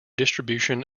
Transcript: distribution